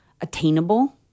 attainable